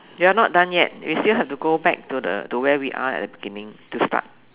we are not done yet we still have to go back to the to where we are at the beginning to start